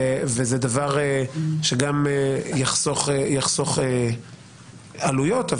זה דבר שיחסוך עלויות,